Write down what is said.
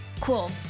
Cool